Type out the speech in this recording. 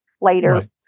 later